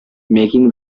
making